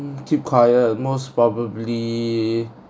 keep quiet most probably